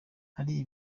hariya